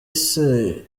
ese